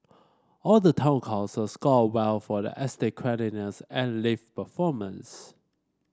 all the town councils scored well for the estate and lift performance